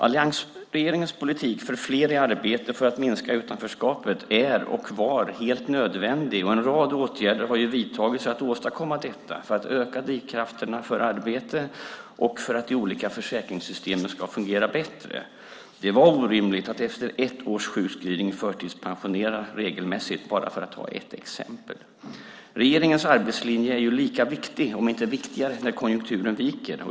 Alliansregeringens politik för fler i arbete för att minska utanförskapet är och var helt nödvändig. En rad åtgärder har vidtagits för att åstadkomma detta, för att öka drivkrafterna för arbete och för att de olika försäkringssystemen ska fungera bättre. Det var orimligt att efter ett års sjukskrivning regelmässigt förtidspensionera - för att ta ett exempel. Regeringens arbetslinje är lika viktig, om inte viktigare, när konjunkturen viker.